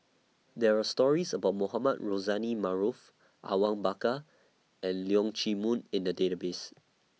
There Are stories about Mohamed Rozani Maarof Awang Bakar and Leong Chee Mun in The Database